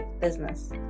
business